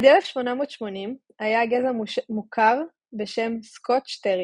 עד 1880 היה הגזע מוכר בשם Scotch Terrier.